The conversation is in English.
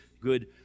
good